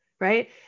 right